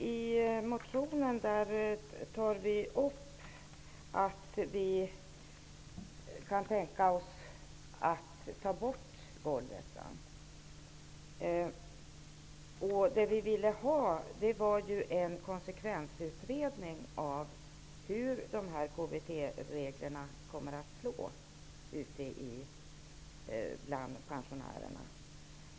Herr talman! Nej, vi framhåller i motionen att vi kan tänka oss att golvet tas bort. Vi vill få till stånd en konsekvensutredning, som går igenom hur KBT reglerna kommer att slå bland pensionärerna.